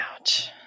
Ouch